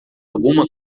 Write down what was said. alguma